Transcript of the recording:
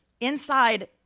Inside